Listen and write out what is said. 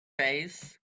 face